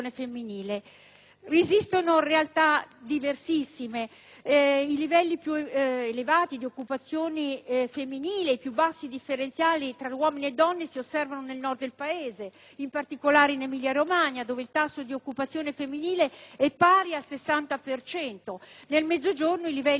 Esistono realtà diversissime. I livelli più elevati di occupazione femminile e i più bassi differenziali tra uomini e donne si osservano nel Nord del Paese, in particolare in Emilia-Romagna dove il tasso di occupazione femminile è pari al 60 per cento. Nel Mezzogiorno, i livelli sono molto inferiori e i differenziali